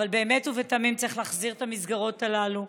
אבל באמת ובתמים צריך להחזיר את המסגרות הללו.